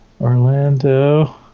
Orlando